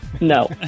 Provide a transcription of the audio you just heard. No